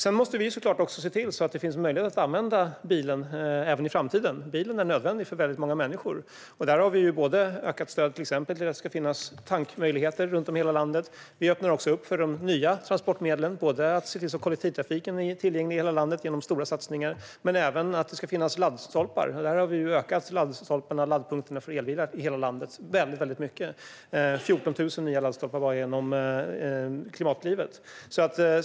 Sedan måste vi såklart se till att det finns möjlighet att använda bilen även i framtiden. Bilen är nödvändig för väldigt många människor. Vi har till exempel ökat stödet så att det ska finnas tankmöjligheter runt om i hela landet. Vi öppnar också för nya transportmedel. Det handlar om att se till att kollektivtrafiken är tillgänglig i hela landet genom stora satsningar men även om att det ska finnas laddstolpar. Vi har ökat laddstolparna, laddpunkterna, för elbilar i hela landet väldigt mycket. Det är 14 000 nya laddstolpar bara genom Klimatklivet.